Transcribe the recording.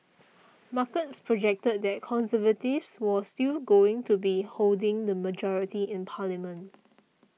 markets projected that Conservatives was still going to be holding the majority in parliament